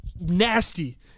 nasty